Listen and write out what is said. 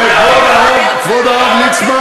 וכבוד הרב ליצמן,